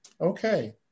okay